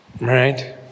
right